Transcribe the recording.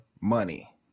money